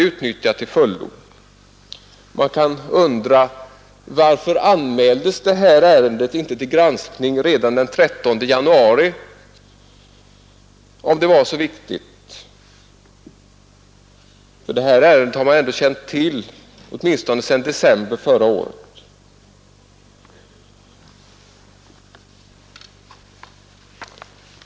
Varför anmäldes inte det här ärendet till granskning redan den 13 januari om det var så viktigt? Man har ju känt till detta ärende åtminstone sedan december förra året.